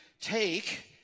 take